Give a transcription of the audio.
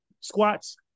squats